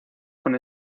con